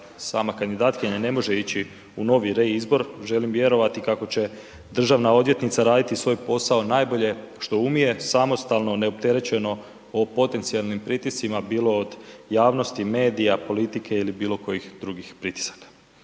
sama kandidatkinja ne može ići u novi reizbor, želim vjerovati kako će državna odvjetnica raditi svoj posao najbolje što umije, samostalno neopterećeno o potencijalnim pritiscima, bilo od javnosti, medija, politike ili bilokojih drugih pritisaka.